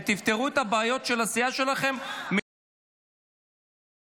ותפתרו את הבעיות של הסיעה שלכם מחוץ לאולם המליאה.